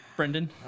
Brendan